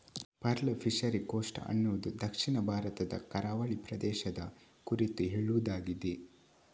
pearl fishery coast ಅನ್ನುದು ದಕ್ಷಿಣ ಭಾರತದ ಕರಾವಳಿ ಪ್ರದೇಶದ ಕುರಿತು ಹೇಳುದಾಗಿದೆ